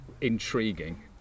intriguing